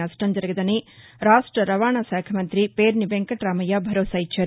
నష్టం జరగదని రాష్ట రవాణా శాఖ మంతి పేర్ని వెంకటామయ్య భరోసా ఇచ్చారు